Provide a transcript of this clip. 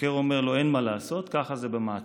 והחוקר אומר לו: אין מה לעשות, ככה זה במעצר.